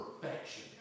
Perfection